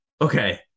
Okay